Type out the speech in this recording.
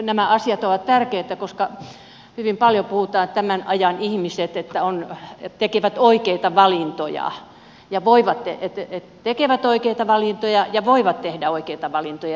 nämä asiat ovat tärkeitä koska hyvin paljon tämän ajan ihmiset puhuvat että on nähty tekevät oikeita valintoja ja voivat ettette tekevät oikeita valintoja ja voivat tehdä oikeita valintoja